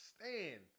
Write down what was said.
stand